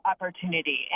opportunity